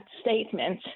statement